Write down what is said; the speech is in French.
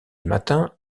matin